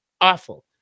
awful